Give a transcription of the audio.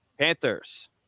Panthers